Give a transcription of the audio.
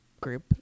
group